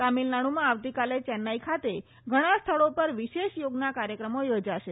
તમિલનાડ્ડમાં આવતીકાલે ચેન્નાઇ ખાતે ઘણા સ્થળો પર વિશેષ યોગના કાર્યક્રમો યોજાશે